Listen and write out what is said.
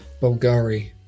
Bulgari